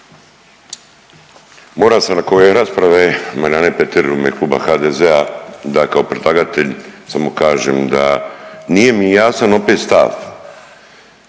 se ne razumije/…u ime Kluba HDZ-a da kao predlagatelj samo kažem da nije mi jasan opet stav